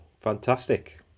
Fantastic